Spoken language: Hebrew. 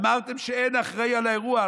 אמרתם שאין אחראי לאירוע.